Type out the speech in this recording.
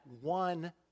one